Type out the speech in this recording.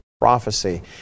prophecy